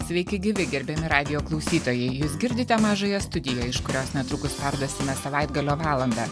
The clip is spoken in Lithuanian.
sveiki gyvi gerbiami radijo klausytojai jūs girdite mažąją studiją iš kurios netrukus perduosime savaitgalio valandą